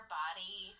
body